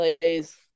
plays